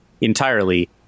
entirely